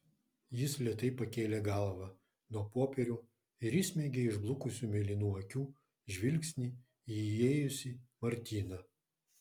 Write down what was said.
jis lėtai pakėlė galvą nuo popierių ir įsmeigė išblukusių mėlynų akių žvilgsnį į įėjusį martyną